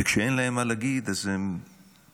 וכשאין להם מה להגיד אז הם מסתכלים